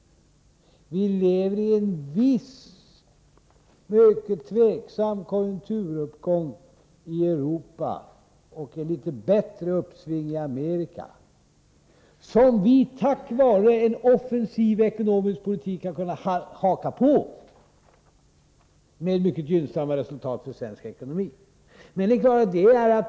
Vi lever i en tid med en viss mycket tveksam konjunkturuppgång i Europa och ett litet bättre uppsving i Amerika, som vi, tack vare en offensiv ekonomisk politik, har kunnat haka på, med mycket gynnsamma resultat för svensk ekonomi.